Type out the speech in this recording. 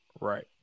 Right